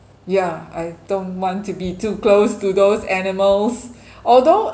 ya I don't want to be too close to those animals although